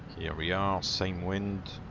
here we are! same wind!